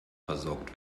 versorgt